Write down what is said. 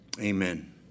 Amen